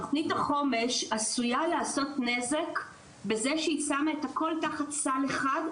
שתוכנית החומש עשויה לעשות נזק בזה שהיא שמה את הכל תחת סל אחד,